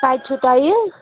کَتہِ چھُو تۄہہِ